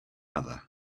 other